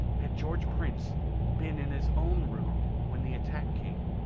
had george prince been in his own room when the attack came?